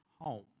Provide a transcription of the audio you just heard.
home